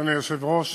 אדוני היושב-ראש,